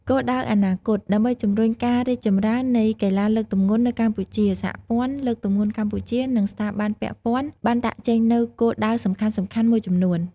គោលដៅអនាគត ដើម្បីជំរុញការរីកចម្រើននៃកីឡាលើកទម្ងន់នៅកម្ពុជា សហព័ន្ធលើកទម្ងន់កម្ពុជា និងស្ថាប័នពាក់ព័ន្ធបានដាក់ចេញនូវគោលដៅសំខាន់ៗមួយចំនួន។